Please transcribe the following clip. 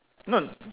no